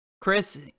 Chris